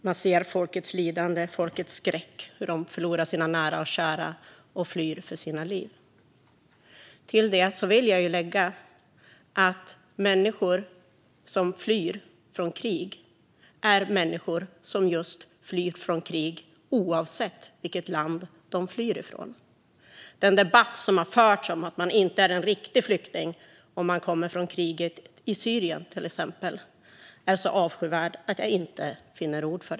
Man ser folkets lidande och skräck, hur de förlorar sina nära och kära och hur de flyr för sina liv. Till detta vill jag lägga att människor som flyr från krig är just människor som flyr från krig - oavsett vilket land de flyr ifrån. Den debatt som har förts om att man inte är en riktig flykting om man kommer från kriget i Syrien, till exempel, är så avskyvärd att jag inte finner ord.